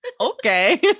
Okay